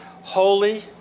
holy